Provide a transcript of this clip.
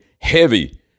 heavy